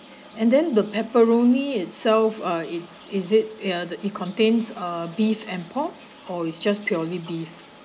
and then the pepperoni itself uh it's is it uh it contains uh beef and pork or is just purely beef